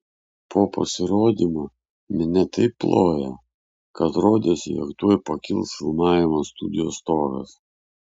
po pasirodymo minia taip plojo kad rodėsi jog tuoj pakils filmavimo studijos stogas